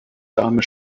dahme